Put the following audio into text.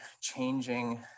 changing